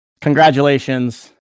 congratulations